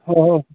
ꯍꯣꯏ ꯍꯣꯏ